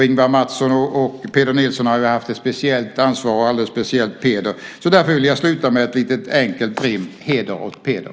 Ingvar Mattsson och Peder Nielsen har haft ett speciellt ansvar, och alldeles speciellt Peder. Därför vill jag sluta med ett litet enkelt rim: Heder åt Peder!